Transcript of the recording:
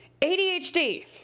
ADHD